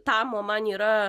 tamo man yra